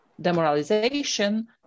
demoralization